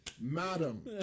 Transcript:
madam